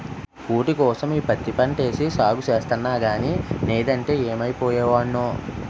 కూటికోసం ఈ పత్తి పంటేసి సాగు సేస్తన్నగానీ నేదంటే యేమైపోయే వోడ్నో